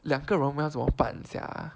两个人我们要怎么办 sia